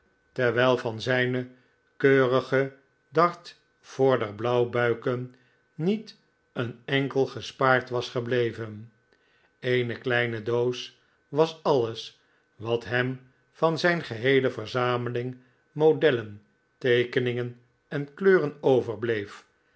terwijl van zijne keurige davtforder blauwbuiken niet een enkele gespaard was gebleven eene kleine doos was alles wat hem van zijne geheele verzameling modellen teekeningen en kleuren overbleef